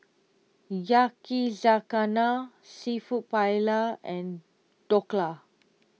Yakizakana Seafood Paella and Dhokla